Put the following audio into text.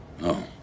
No